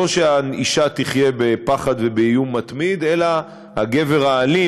לא שהאישה תחיה בפחד ובאיום מתמיד אלא הגבר האלים,